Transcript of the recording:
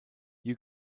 you